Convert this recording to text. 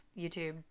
YouTube